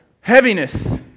Heaviness